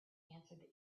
answered